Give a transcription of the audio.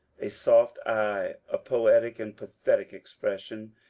a soft eye, a poetic and pathetic expression,